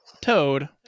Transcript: Toad